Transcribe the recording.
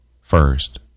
first